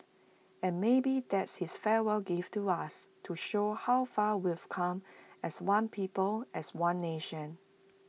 and maybe that's his farewell gift to us to show how far we've come as one people as one nation